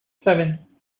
seven